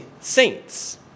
saints